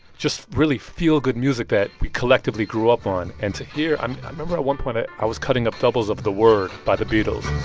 just really feel-good music that we collectively grew up on. and to hear i remember at one point, i i was cutting up doubles of the word by the beatles